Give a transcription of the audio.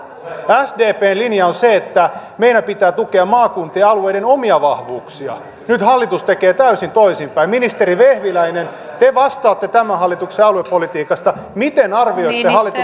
sdpn linja on se että meidän pitää tukea maakuntien alueiden omia vahvuuksia nyt hallitus tekee täysin toisinpäin ministeri vehviläinen te vastaatte tämän hallituksen aluepolitiikasta miten arvioitte